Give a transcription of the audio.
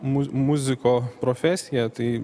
muz muziko profesija tai